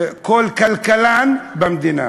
כל כלכלן במדינה.